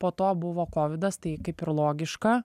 po to buvo kovidas tai kaip ir logiška